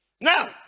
Now